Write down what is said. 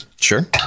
Sure